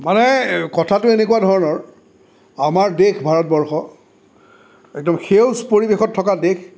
মানে কথাটো এনেকুৱা ধৰণৰ আমাৰ দেশ ভাৰতবৰ্ষ একদম সেউজ পৰিৱেশত থকা দেশ